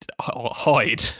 hide